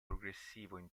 progressivo